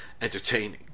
entertaining